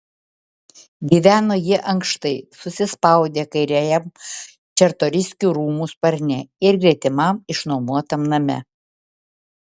gyveno jie ankštai susispaudę kairiajam čartoriskių rūmų sparne ir gretimam išnuomotam name